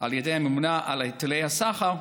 על ידי הממונה על היטלי סחר,